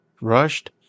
rushed